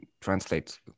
translate